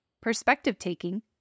perspective-taking